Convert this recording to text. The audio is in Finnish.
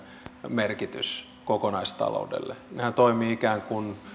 merkitys kokonaistaloudelle nehän toimivat ikään kuin